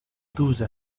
tuya